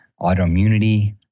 autoimmunity